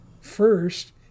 First